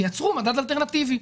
תייצרו מדד אלטרנטיבי.